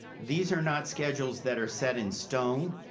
these are not schedules that are set in stone,